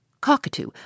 cockatoo